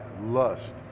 lust